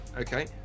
okay